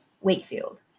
Wakefield